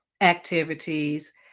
activities